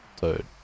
Dude